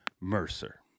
mercer